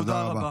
תודה רבה.